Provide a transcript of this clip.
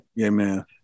Amen